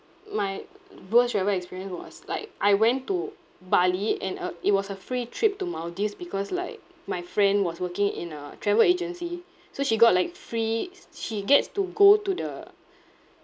my worst travel experience was like I went to bali and uh it was a free trip to maldives because like my friend was working in a travel agency so she got like free she gets to go to the